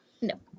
No